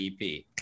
EP